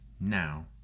now